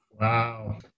Wow